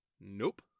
Nope